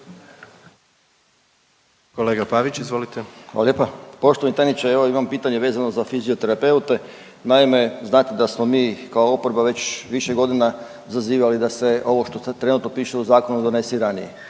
(Socijaldemokrati)** Hvala lijepa. Poštovani tajniče, evo imam pitanje vezano za fizioterapeute. Naime, znate da smo mi kao oporba već više godina zazivali da se ovo što sad trenutno piše u zakonu donese i ranije.